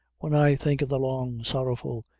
when i think of the long, sorrowful,